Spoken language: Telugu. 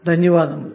ధన్యవాదములు